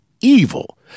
evil